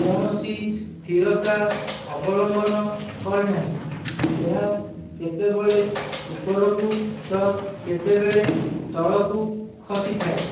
କୌଣସି ସ୍ଥିରତା ଅବଲମ୍ବନ କରେ ନାହିଁ ଏହା କେତେବେଳେ ଉପରକୁ ତ କେତେବେଳେ ତଳକୁ ଖସିଥାଏ